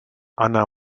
anna